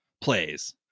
plays